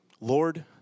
Lord